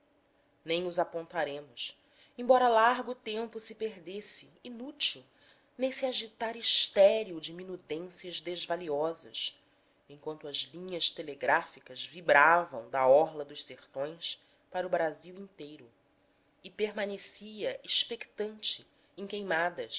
nem os apontaremos embora largo tempo se perdesse inútil nesse agitar estéril de minudências desvaliosas enquanto as linhas telegráficas vibravam da orla dos sertões para o brasil inteiro e permanecia expectante em queimadas